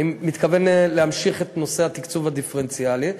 אני מתכוון להמשיך את נושא התקצוב הדיפרנציאלי.